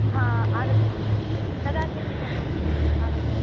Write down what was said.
हा आगच्छन्तु कदा शक्यते भवतीनाम् आगन्तुम्